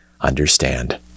understand